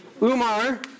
Umar